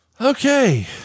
Okay